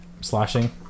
Slashing